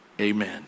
Amen